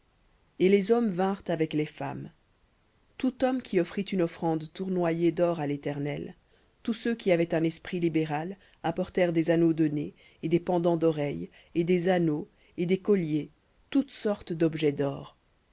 et les hommes vinrent avec les femmes tout homme qui offrit une offrande tournoyée d'or à l'éternel tous ceux qui avaient un esprit libéral apportèrent des anneaux de nez et des pendants d'oreille et des anneaux et des colliers toutes sortes d'objets d'or